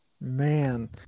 man